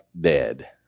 dead